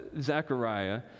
Zechariah